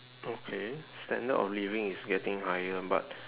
okay standard of living is getting higher but